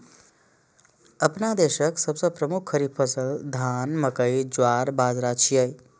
अपना देशक सबसं प्रमुख खरीफ फसल धान, मकई, ज्वार, बाजारा छियै